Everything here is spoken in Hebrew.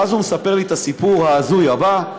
ואז הוא מספר לי את הסיפור ההזוי הבא,